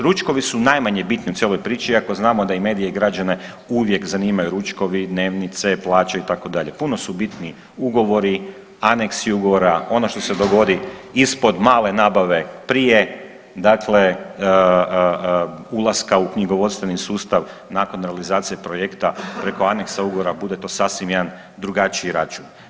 Ručkovi su najmanje bitni u cijeloj priči, iako znamo da i medije i građane uvijek zanimaju ručkovi, dnevnice, plaće itd., puno su bitniji ugovori, aneksi ugovora, ono što se dogodi ispod male nabave prije dakle ulaska u knjigovodstveni sustav, nakon realizacije projekta preko aneksa ugovora, bude to sasvim jedan drugačiji račun.